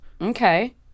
Okay